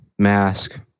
Mask